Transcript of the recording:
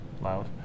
loud